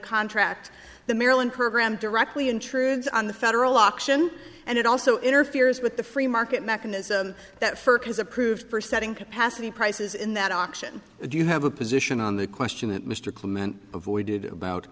contract the maryland program directly intrudes on the federal auction and it also interferes with the free market mechanism that first has approved for setting capacity prices in that auction do you have a position on the question that mr clemente avoided about